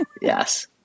Yes